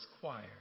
Choir